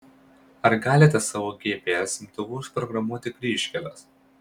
ar galite savo gps imtuvu užprogramuoti kryžkeles